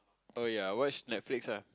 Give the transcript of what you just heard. oh yea I watch Netflix ah